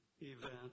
event